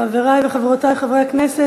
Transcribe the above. חברי וחברותי חברי הכנסת,